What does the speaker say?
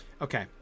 Okay